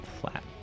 flat